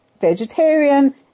vegetarian